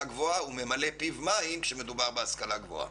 גבוהה הוא ממלא פיו מים כשמדובר בהשכלה גבוהה.